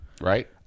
right